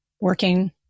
working